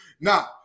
Now